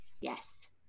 yes